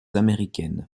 américaines